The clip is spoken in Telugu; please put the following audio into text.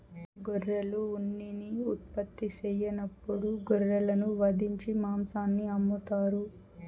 గొర్రెలు ఉన్నిని ఉత్పత్తి సెయ్యనప్పుడు గొర్రెలను వధించి మాంసాన్ని అమ్ముతారు